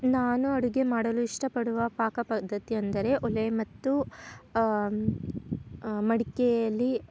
ನಾನು ಅಡುಗೆ ಮಾಡಲು ಇಷ್ಟಪಡುವ ಪಾಕಪದ್ಧತಿ ಅಂದರೆ ಒಲೆ ಮತ್ತು ಮಡಿಕೆಯಲ್ಲಿ